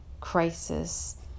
crisis